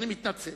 אני מתנצל.